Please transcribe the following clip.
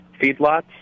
feedlots